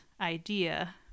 idea